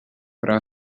però